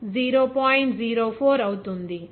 04 అవుతుంది